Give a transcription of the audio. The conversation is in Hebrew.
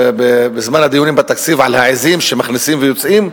בזמן הדיונים של התקציב על העזים שמכניסים ומוציאים,